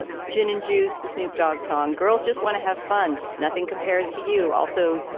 ah gin and juice. the snoop dogg song girls just want to have fun nothing compares to you also.